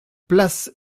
place